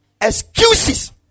excuses